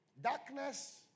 Darkness